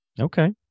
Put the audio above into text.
Okay